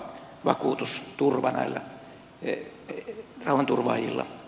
herra puhemies